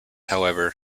however